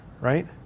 right